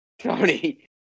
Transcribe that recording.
Tony